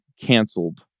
canceled